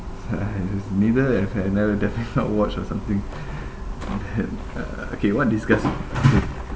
it's neither if I've never definitely not watched or something I had uh okay what disgusts